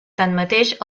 tanmateix